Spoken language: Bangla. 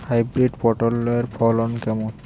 হাইব্রিড পটলের ফলন কেমন?